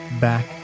back